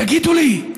תגידו לי,